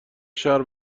شهر